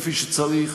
כפי שצריך,